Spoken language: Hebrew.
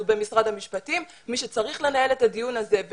על משרד המשפטים ומי שצריך לנהל את הדיון הזה,